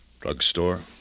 Drugstore